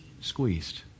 squeezed